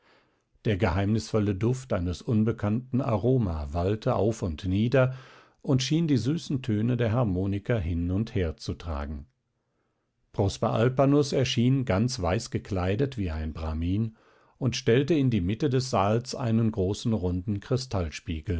der geheimnisvolle duft eines unbekannten aroma wallte auf und nieder und schien die süßen töne der harmonika hin und her zu tragen prosper alpanus erschien ganz weißgekleidet wie ein brahmin und stellte in die mitte des saals einen großen runden